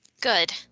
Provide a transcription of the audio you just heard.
Good